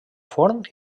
forn